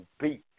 beat